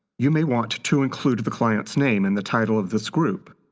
you may want to include the client's name in the title of this group.